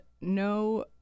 No